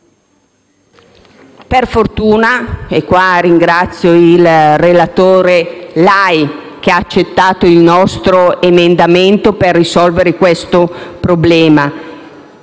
Per fortuna - e per questo lo ringrazio - il relatore Lai ha accettato il nostro emendamento per risolvere questo problema,